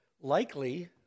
likely